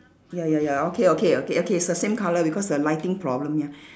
ya ya ya okay okay okay okay it's the same colour because the lighting problem ya